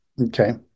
okay